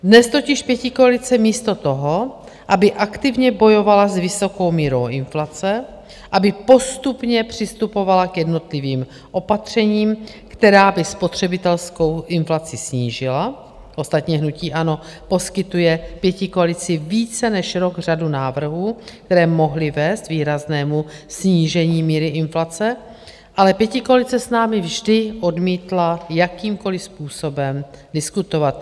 Dnes totiž pětikoalice místo toho, aby aktivně bojovala s vysokou mírou inflace, aby postupně přistupovala k jednotlivým opatřením, která by spotřebitelskou inflaci snížila ostatně hnutí ANO poskytuje pětikoalici více než rok řadu návrhů, které mohly vést k výraznému snížení míry inflace, ale pětikoalice s námi vždy odmítla jakýmkoliv způsobem diskutovat.